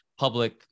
public